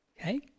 Okay